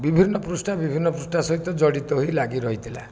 ବିଭିନ୍ନ ପୃଷ୍ଠା ବିଭିନ୍ନ ପୃଷ୍ଠା ସହିତ ଜଡ଼ିତ ହୋଇ ଲାଗିରହିଥିଲା